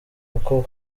kuko